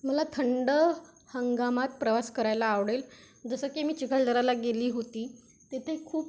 मला थंड हंगामात प्रवास करायला आवडेल जसं की मी चिखलदऱ्याला गेली होती तिथे खूप